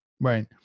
Right